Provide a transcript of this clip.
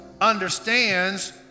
understands